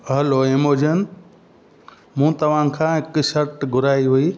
hello Amazon मूं तव्हां खां हिकु शर्ट घुराई हुई